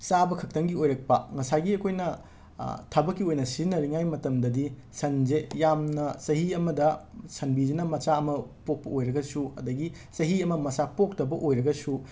ꯆꯥꯕꯈꯛꯇꯪꯒꯤ ꯑꯣꯏꯔꯛꯄ ꯉꯁꯥꯏꯒꯤ ꯑꯩꯈꯣꯏꯅ ꯊꯕꯛꯀꯤ ꯑꯣꯏꯅ ꯁꯤꯖꯤꯟꯅꯔꯤꯉꯩ ꯃꯇꯝꯗꯗꯤ ꯁꯟꯁꯦ ꯌꯥꯝꯅ ꯆꯍꯤ ꯑꯃꯗ ꯁꯟꯕꯤꯁꯤꯅ ꯃꯆꯥ ꯑꯃ ꯄꯣꯛꯄ ꯑꯣꯏꯔꯒꯁꯨ ꯑꯗꯒꯤ ꯆꯍꯤ ꯑꯃ ꯃꯆꯥ ꯄꯣꯛꯇꯕ ꯑꯣꯏꯔꯒꯁꯨ